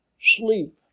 sleep